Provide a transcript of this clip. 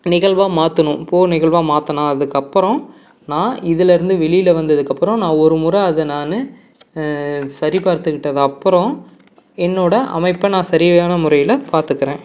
நிகழ்வா மாற்றணும் போ நிகழ்வா மாற்றினதுக்கு அப்புறம் நான் இதிலேருந்து வெளியில் வந்ததுக்கப்புறம் ஒரு முறை அதை நான் சரிபார்த்துக்கிட்டது அப்புறம் என்னோட அமைப்பை நான் சரியான முறையில் பார்த்துக்கறேன்